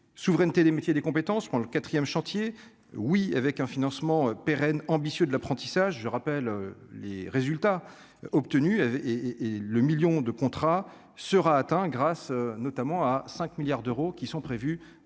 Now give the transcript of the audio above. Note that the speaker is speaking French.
souveraineté des métiers et des compétences, quand le 4ème chantier oui, avec un financement pérenne ambitieux de l'apprentissage, je rappelle les résultats obtenus et et le 1000000 de contrat sera atteint grâce notamment à 5 milliards d'euros qui sont prévues dans